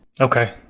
Okay